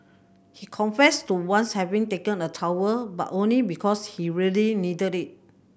he confessed to once having taken a towel but only because he really needed it